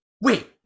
wait